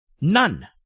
None